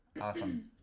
Awesome